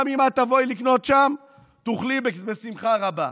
גם אם את תבואי לקנות שם, תוכלי, בשמחה רבה.